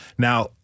Now